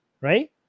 right